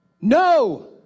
No